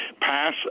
Pass